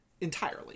Entirely